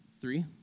three